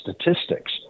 statistics